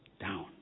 down